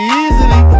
easily